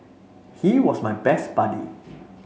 he was my best buddy